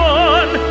one